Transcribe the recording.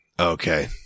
Okay